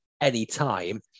anytime